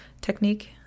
technique